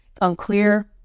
unclear